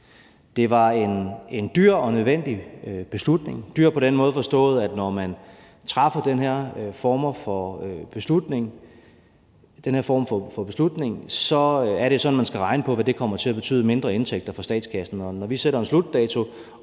Det var en dyr og nødvendig beslutning – dyr forstået på den måde, at når man træffer den her form for beslutning, er det sådan, at man skal regne på, hvad det kommer til at betyde af mindre indtægter for statskassen, og når vi sætter en slutdato